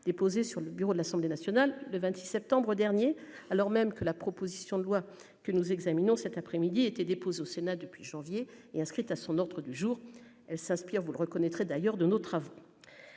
déposé sur le bureau de l'Assemblée nationale le 26 septembre dernier alors même que la proposition de loi que nous examinons cet après-midi était dépose au Sénat depuis janvier et inscrite à son ordre du jour, elle s'inspire, vous le reconnaîtrez d'ailleurs de nos travaux